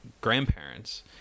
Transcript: grandparents